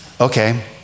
Okay